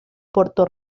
puerto